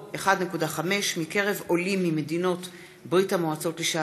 1.5" מקרב עולים ממדינות ברית המועצות לשעבר.